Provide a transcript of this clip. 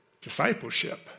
discipleship